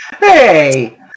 Hey